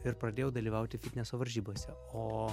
ir pradėjau dalyvauti fitneso varžybose o